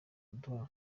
kuduha